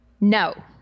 no